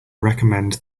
recommend